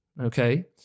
okay